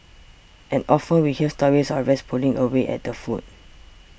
and often we hear stories of rats pulling away at the food